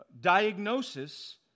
diagnosis